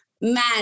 man